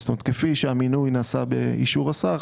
כפי שבתאגיד יש שני נציגים של עובדי המשרד,